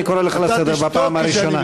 אני קורא אותך לסדר בפעם הראשונה.